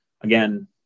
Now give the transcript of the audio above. again